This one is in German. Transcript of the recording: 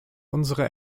unsere